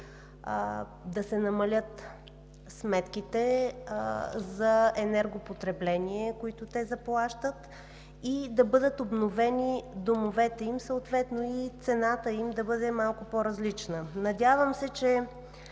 да се намалят сметките за енергопотребление, които те заплащат, и да бъдат обновени домовете им, съответно и цената им да бъде малко по-различна. Надявам се, че